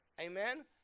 Amen